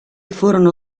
furono